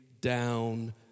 down